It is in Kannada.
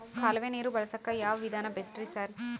ಕಾಲುವೆ ನೀರು ಬಳಸಕ್ಕ್ ಯಾವ್ ವಿಧಾನ ಬೆಸ್ಟ್ ರಿ ಸರ್?